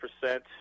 percent